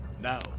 Now